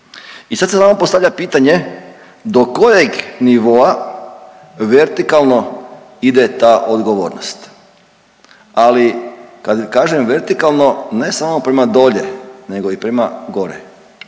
I sad se samo postavlja pitanje do kojeg nivoa vertikalno ide ta odgovornost, ali kad kažem vertikalno ne samo prema dolje nego i prema gore